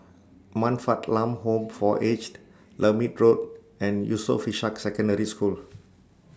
Man Fatt Lam Home For Aged Lermit Road and Yusof Ishak Secondary School